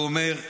הוא אומר,